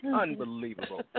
Unbelievable